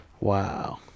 Wow